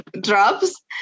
drops